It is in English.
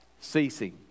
ceasing